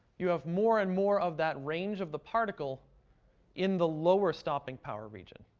you have more and more of that range of the particle in the lower stopping power region.